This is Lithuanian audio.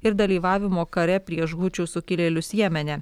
ir dalyvavimo kare prieš hučių sukilėlius jemene